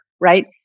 right